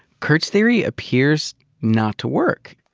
kurt's theory appears not to work.